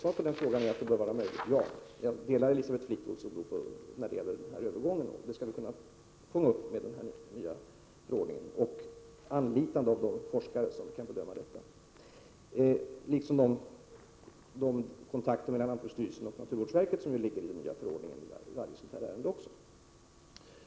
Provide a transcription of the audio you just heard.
Svaret på frågan är alltså att jag delar Elisabeth Fleetwoods oro när det gäller den här övergången, och det problemet skall vi kunna lösa med den nya förordningen, genom anlitande av forskare som kan bedöma detta och genom de kontakter mellan lantbruksstyrelsen och naturvårdsverket som enligt den nya förordningen skall ske i varje sådant här ärende.